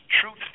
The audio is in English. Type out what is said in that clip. truth